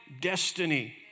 destiny